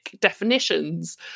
definitions